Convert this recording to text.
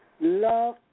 love